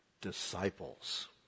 disciples